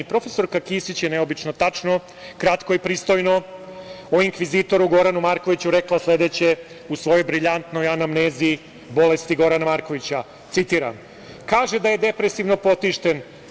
Profesorka Kisić je neobično tačno, kratko i pristojno o inkvizitoru Goranu Markoviću rekla sledeće u svojoj brilijantnoj anamnezi bolesti Gorana Markovića, citiram - kaže da je depresivno potišten.